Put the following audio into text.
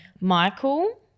Michael